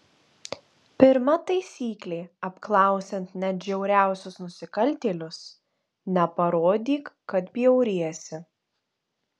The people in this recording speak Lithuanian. pirma taisyklė apklausiant net žiauriausius nusikaltėlius neparodyk kad bjauriesi